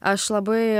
aš labai